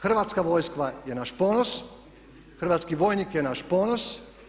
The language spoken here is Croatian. Hrvatska vojska je naš ponos, hrvatski vojnik je naš ponos.